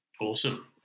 Awesome